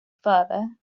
father